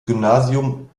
gymnasium